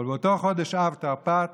אבל באותו חודש אב תרפ"ט